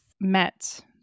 met